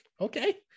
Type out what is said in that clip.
okay